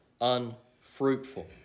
unfruitful